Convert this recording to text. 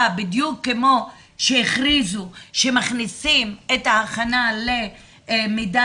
בדיוק כמו שהכריזו שמכניסים את ההכנה למידע